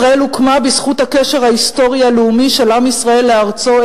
ישראל הוקמה בזכות הקשר ההיסטורי-הלאומי של עם ישראל לארצו,